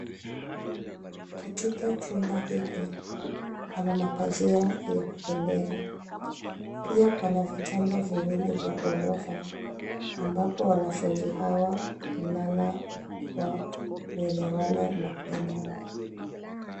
Katika chumba hiki, pana mapazia ya kupendeza, pia pana vitanda viwili vya ghorofa, ambapo wanafunzi hawa hulala, hua, huelewana, na kupendana.